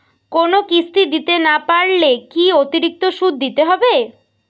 কোনো কিস্তি দিতে না পারলে কি অতিরিক্ত সুদ দিতে হবে?